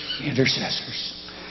intercessors